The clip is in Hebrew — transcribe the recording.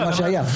זה מה שהיה.